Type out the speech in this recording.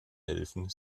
helfen